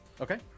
Okay